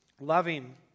loving